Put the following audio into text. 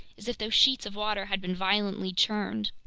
as if those sheets of water had been violently churned.